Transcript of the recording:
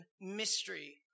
mystery